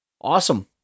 Awesome